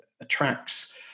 attracts